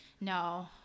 no